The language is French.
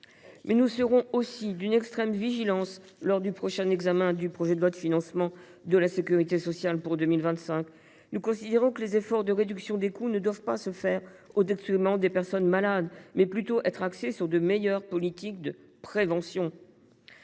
Mais nous serons aussi d’une extrême vigilance lors du prochain examen du projet de loi de financement de la sécurité sociale pour 2025. À nos yeux, les efforts de réduction des coûts doivent non pas se faire au détriment des personnes malades, mais être axés sur de meilleures politiques de prévention.